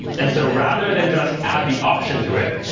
and so rather than just add the option to it,